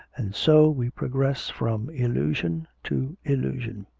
and so we progress from illusion to illusion.